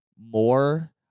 more